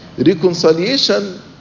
Reconciliation